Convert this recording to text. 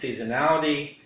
seasonality